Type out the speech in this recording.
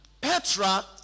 Petra